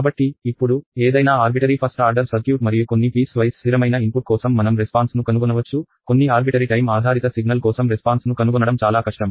కాబట్టి ఇప్పుడు ఏదైనా ఏకపక్ష ఫస్ట్ ఆర్డర్ సర్క్యూట్ మరియు కొన్ని పీస్ వైస్ స్ధిరమైన ఇన్పుట్ కోసం మనం రెస్పాన్స్ ను కనుగొనవచ్చు కొన్ని ఆర్బిటరి టైమ్ ఆధారిత సిగ్నల్ కోసం రెస్పాన్స్ ను కనుగొనడం చాలా కష్టం